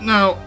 Now